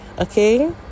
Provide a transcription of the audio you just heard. okay